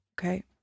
Okay